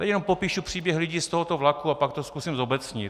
Jen popíšu příběh lidí z tohoto vlaku a pak to zkusím zobecnit.